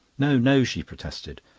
no, no, she protested,